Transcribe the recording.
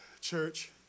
church